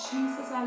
Jesus